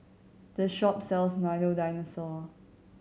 this shop sells Milo Dinosaur